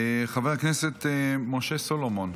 חבר הכנסת משה סולומון.